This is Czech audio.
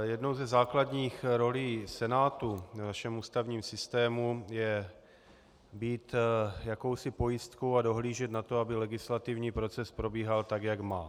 Jednou ze základních rolí Senátu v našem ústavním systému je být jakousi pojistkou a dohlížet na to, aby legislativní proces probíhal tak, jak má.